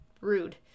rude